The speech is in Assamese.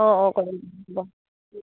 অঁ অঁ কৰিম হ'ব